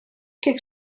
que